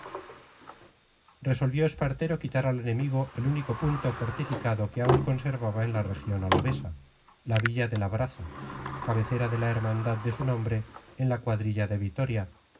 resolvió espartero quitar al enemigo el único punto fortificado que aún conservaba en la región alavesa la villa de labraza cabecera de la hermandad de su nombre en la cuadrilla de vitoria